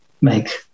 make